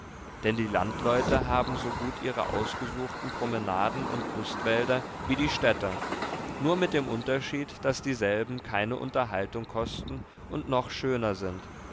denn die landleute haben so gut ihre ausgesuchten promenaden und lustwälder wie die städter nur mit dem unterschied daß dieselben keine unterhaltung kosten und noch schöner sind